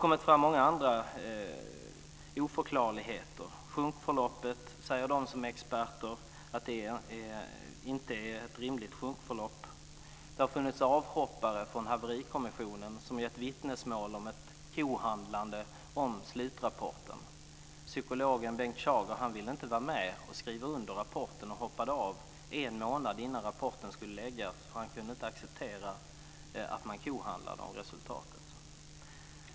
Många andra oförklarligheter har kommit fram. De som är experter säger att det inte var ett rimligt sjunkförlopp. Det finns avhoppare från Haverikommissionen som gett vittnesmål om ett kohandlande om slutrapporten. Psykologen Bengt Schager ville inte vara med och skriva under rapporten utan hoppade av en månad innan rapporten skulle läggas fram. Han kunde inte acceptera att man kohandlade om resultatet.